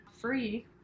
free